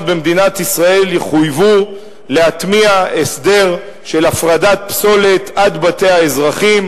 במדינת ישראל יחויבו להטמיע הסדר של הפרדת פסולת עד בתי האזרחים.